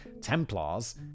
templars